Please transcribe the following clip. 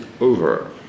over